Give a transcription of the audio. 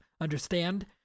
Understand